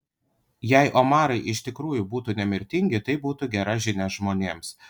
jei omarai iš tikrųjų būtų nemirtingi tai būtų gera žinia žmonėms